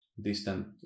distant